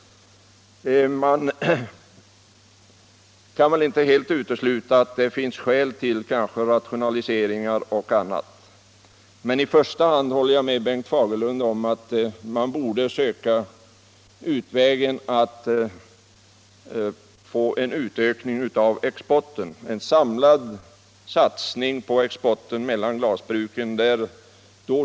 Det kan väl inte helt uteslutas att här finns skäl för rationaliseringar o. d., men i första hand håller jag med Bengt Fagerlund om att man borde pröva utvägen att öka glasbrukens export genom en samlad, gemensam satsning.